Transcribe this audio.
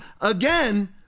again